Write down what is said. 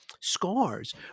scars